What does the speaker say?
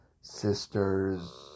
Sister's